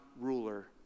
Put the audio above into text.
ruler